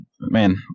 man